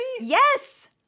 Yes